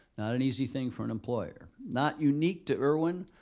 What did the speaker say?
not an easy thing for an employer. not unique to irwin,